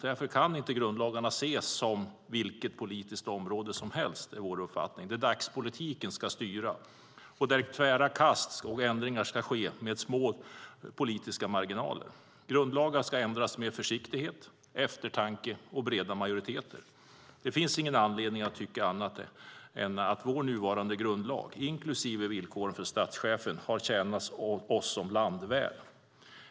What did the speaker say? Därför kan inte grundlagarna ses som vilket politiskt område som helst, enligt vår uppfattning, i ett läge där dagspolitiken styr och där tvära kast och ändringar sker med små politiska marginaler. Grundlagar ska ändras med försiktighet, eftertanke och breda majoriteter. Det finns ingen anledning att tycka annat än att vår nuvarande grundlag, inklusive villkoren för statschefen, har tjänat landet väl.